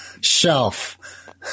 shelf